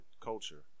culture